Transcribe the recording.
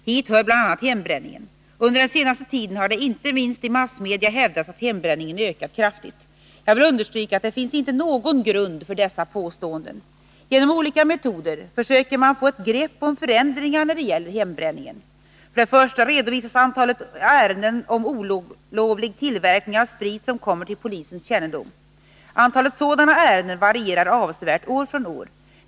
Hit hör bl.a. hembränningen. Under den senaste tiden har det inte minst i massmedia hävdats att hembränningen ökat kraftigt... Nr 51 Jag vill understryka att det inte finns någon grund för dessa påståen Måndagen den den. 14 december 1981 Genom olika metoder försöker man få ett grepp om förändringar när det För det första redovisas antalet ärenden om olovlig tillverkning av sprit hembränning som kommer till polisens kännedom. Antalet sådana ärenden varierar avsevärt år från år.